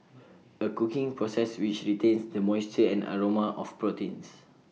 A cooking process which retains the moisture and aroma of proteins